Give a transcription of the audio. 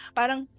parang